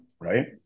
right